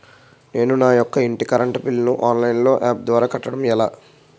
నేను నా యెక్క ఇంటి కరెంట్ బిల్ ను ఆన్లైన్ యాప్ ద్వారా కట్టడం ఎలా?